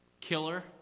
Killer